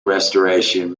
restoration